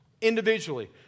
individually